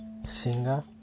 Singer